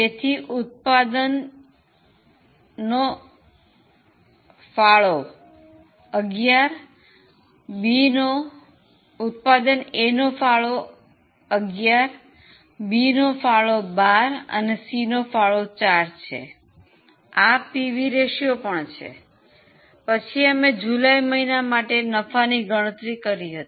તેથી ઉત્પાદન એનો ફાળો 11 બીનો 12 અને સીનો 4 છે આ પીવી રેશિયો પણ છે પછી અમે જુલાઈ મહિના માટે નફોની ગણતરી કરી હતી